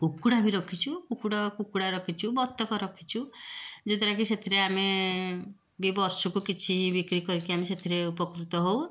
କୁକୁଡ଼ା ବି ରଖିଛୁ କୁକୁଡ଼ କୁକୁଡ଼ା ରଖିଛୁ ବତକ ରଖିଛୁ ଯେତେବେଳେ କି ସେଥିରେ ଆମେ ବି ବର୍ଷକୁ କିଛି ବିକ୍ରି କରିକି ଆମେ ସେଥିରେ ଉପକୃତ ହେଉ